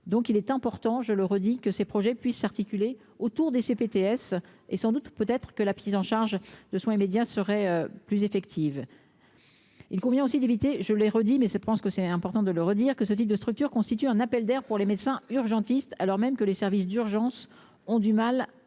donc il est important, je le redis que ces projets s'articuler autour des chez PTS, et sans doute, peut-être que la prise en charge de soins immédiats seraient plus effectives, il convient aussi d'éviter, je l'ai redit, mais je pense que c'est important de le redire que ce type de structure constitue un appel d'air pour les médecins urgentistes, alors même que les services d'urgence ont du mal à